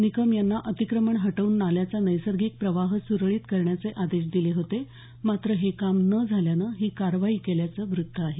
निकम यांना अतिक्रमण हटवून नाल्याचा नैसर्गिक प्रवाह सुरळीत करण्याचे आदेश दिले होते मात्र हे काम न झाल्यानं निकम यांना निलंबित केल्याचं व्त्त आहे